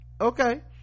Okay